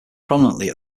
prominently